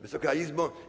Wysoka Izbo!